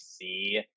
see